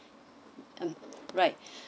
um right